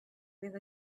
with